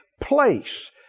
place